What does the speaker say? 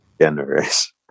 generous